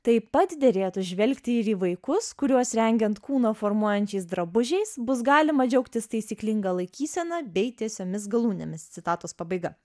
taip pat derėtų žvelgti ir į vaikus kuriuos rengiant kūno formuojančiais drabužiais bus galima džiaugtis taisyklinga laikysena bei tiesiomis galūnėmis citatos pabaiga